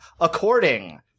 according